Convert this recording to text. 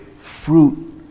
fruit